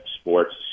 sports